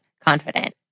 confident